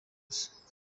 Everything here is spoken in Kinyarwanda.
gusa